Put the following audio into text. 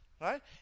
right